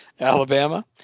Alabama